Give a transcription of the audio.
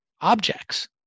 objects